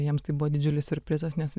jiems tai buvo didžiulis siurprizas nes